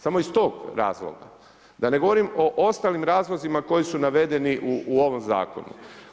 Samo iz tog razloga, da ne govorim iz ostalim razlozima koji su navedeni u ovom zakonu.